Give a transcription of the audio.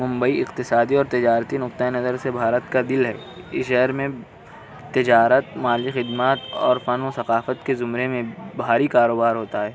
ممبئی اقتصادی اور تجارتی نقطۂ نظر سے بھارت کا دل ہے اس شہر میں تجارت مالی خدمات اور فن و ثقافت کے زمرے میں بھاری کاروبار ہوتا ہے